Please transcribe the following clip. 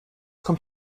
kommt